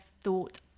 thought